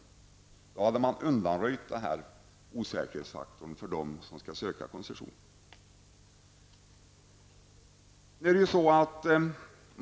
På detta sätt hade man undanröjt osäkerhetsfaktorn för dem som skall söka koncession.